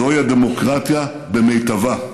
זוהי הדמוקרטיה במיטבה.